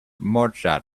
mozart